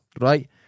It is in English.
right